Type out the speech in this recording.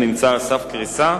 על סף קריסה.